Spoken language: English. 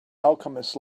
alchemist